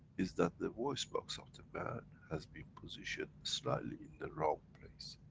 is that the voice box of the man, has been positioned slightly in the wrong place.